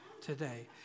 today